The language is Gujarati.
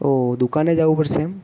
ઓ દુકાને જ આવવું પડશે એમ